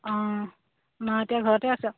অঁ মই এতিয়া ঘৰতে আছোঁ